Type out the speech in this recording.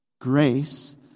Grace